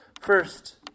First